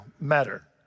matter